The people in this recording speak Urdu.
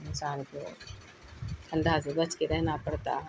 انسان کو ٹھندا سے بچ کے رہنا پڑتا ہے